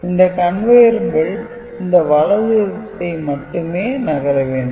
எனவே இந்த "Conveyer belt" இந்த வலது திசை மட்டுமே நகர வேண்டும்